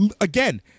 again